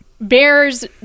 bears